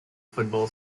football